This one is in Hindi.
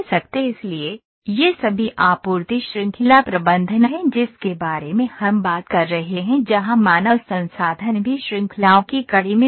इसलिए यह सभी आपूर्ति श्रृंखला प्रबंधन है जिसके बारे में हम बात कर रहे हैं जहां मानव संसाधन भी श्रृंखलाओं की कड़ी में से एक है